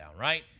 right